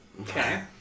Okay